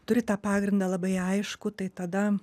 turi tą pagrindą labai aiškų tai tada